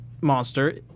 monster